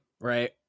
right